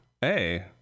hey